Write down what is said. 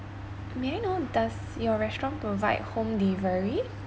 may I know does your restaurant provide home delivery